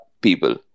people